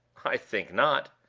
i think not.